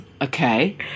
okay